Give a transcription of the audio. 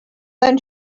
then